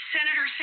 Senator